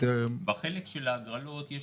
בחלק של ההגרלות יש